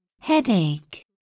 headache